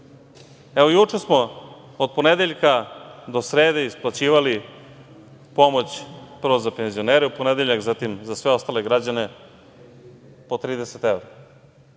juče smo od ponedeljka do srede isplaćivali pomoć, prvo za penzionere u ponedeljak, zatim za sve ostale građane po 30 evra.